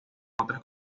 otras